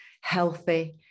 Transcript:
healthy